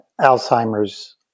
Alzheimer's